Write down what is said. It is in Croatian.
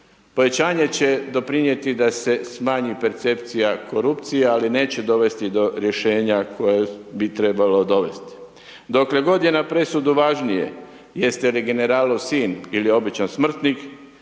Povećanje će doprinijeti da se smanji percepcija korupcija, ali neće dovesti do rješenja koje bi trebalo dovesti. Dokle god je na presudu važnije, jeste li generalov sin ili običan smrtnik,